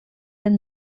and